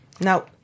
No